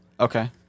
Okay